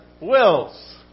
wills